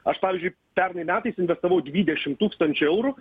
aš pavyzdžiui pernai metais investavau dvidešimt tūkstančių eurų